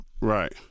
Right